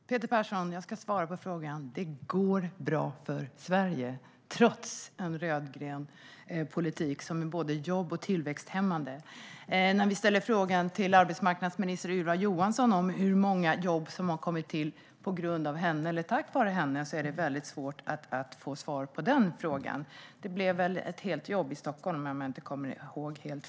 Fru ålderspresident! Jag ska svara på frågan, Peter Persson. Det går bra för Sverige, trots en rödgrön politik som är både jobb och tillväxthämmande. När vi frågar arbetsmarknadsminister Ylva Johansson hur många jobb som har kommit till trots eller tack vare henne är det svårt att få ett svar, men det blev ett helt jobb i Stockholm, om jag inte kommer ihåg fel.